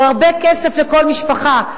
הוא הרבה כסף לכל משפחה.